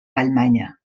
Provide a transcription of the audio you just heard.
vallmanya